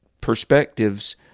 perspectives